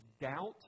doubt